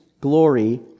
glory